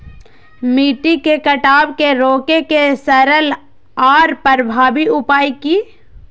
मिट्टी के कटाव के रोके के सरल आर प्रभावी उपाय की?